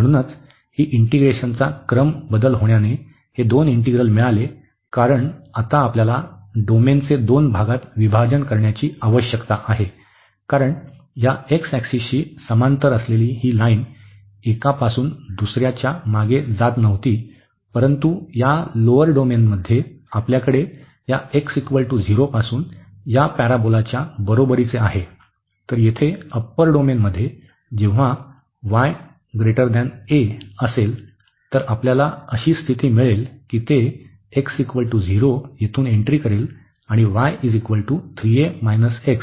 म्हणूनच ही इंटीग्रेशनचा क्रम बदल होण्याने हे दोन इंटीग्रल मिळाले कारण आता आपल्याला डोमेनचे दोन भागात विभाजन करण्याची आवश्यकता आहे कारण या x ऍक्सिसशी समांतर असलेली ही लाईन एकापासून दुसर्याच्या मागे जात नव्हती परंतु या लोअर डोमेनमध्ये आपल्याकडे या x 0 पासून या पॅराबोलाच्या बरोबरीचे आहे तर येथे अप्पर डोमेनमध्ये जेव्हा y a असेल तर आपल्यास अशी स्थिती मिळेल की ते x 0 येथून एंट्री करेल आणि y3a x